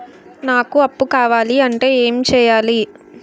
నాకు అప్పు కావాలి అంటే ఎం చేయాలి?